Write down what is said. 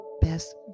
best